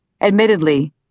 Admittedly